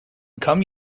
come